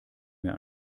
mehr